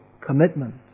commitment